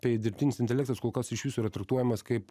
tai dirbtinis intelektas kol kas iš viso yra traktuojamas kaip